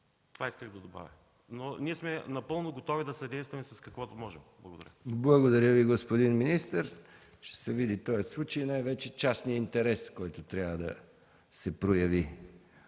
Това исках да добавя. Но ние сме напълно готови да съдействаме с каквото можем. Благодаря. ПРЕДСЕДАТЕЛ МИХАИЛ МИКОВ: Благодаря Ви, господин министър. Ще се види този случай, най-вече частният интерес, който трябва да се прояви.